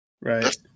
right